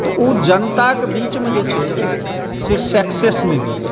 तऽ ओ जनताकेँ बीचमेजे छै से सक्सेस नहि होइ छै